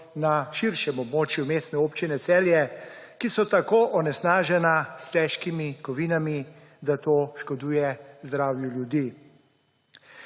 na širšem območju Mestne občine Celje, ki so tako onesnažena s težkimi kovinami, da to škoduje zdravju ljudi.